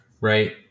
right